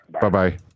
Bye-bye